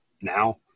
now